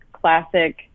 classic